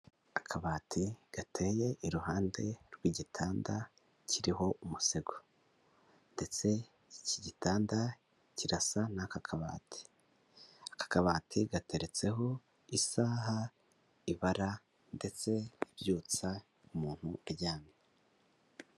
Akabati gateye iruhande rw'igitanda kiriho umusego ndetse iki gitanda kirasa n'aka kabati, aka kabati gateretseho isaha ibara ndetse ibyutsa umuntu uryamye.